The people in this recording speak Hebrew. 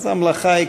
אז המלאכה היא,